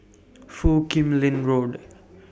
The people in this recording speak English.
Foo Kim Lin Road